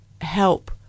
help